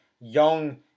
young